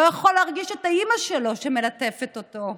לא יכול להרגיש את אימא שלו שמלטפת אותו.